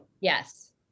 Yes